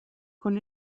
con